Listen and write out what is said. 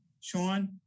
Sean